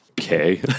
Okay